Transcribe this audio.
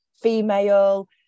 female